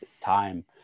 time